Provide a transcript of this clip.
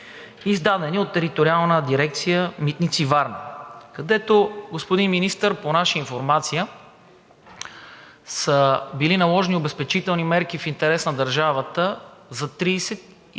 издадени от Териториална дирекция „Митници“ – Варна, където, господин Министър, по наша информация са били наложени обезпечителни мерки в интерес на държавата за 33